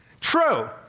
True